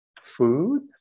food